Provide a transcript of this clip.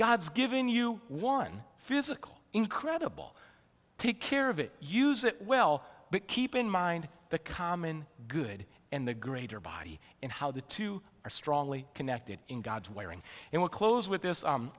god's given you one physical incredible take care of it use it well keep in mind the common good and the greater body and how the two are strongly connected in god's wiring and we're close with this